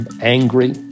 angry